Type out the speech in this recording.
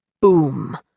Boom